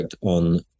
on